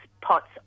pots